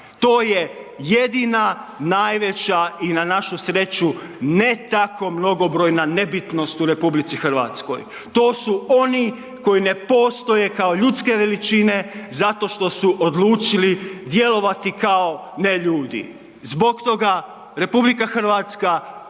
To je jedina, najveća i na našu sreću ne tako mnogobrojna nebitnost u RH. To su oni koji ne postoje kao ljudske veličine zato što su odlučili djelovati kao neljudi. Zbog toga RH treba